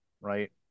right